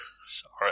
Sorry